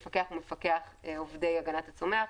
מפקח הוא מעובדי הגנת הצומח.